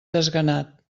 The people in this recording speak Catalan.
desganat